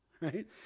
right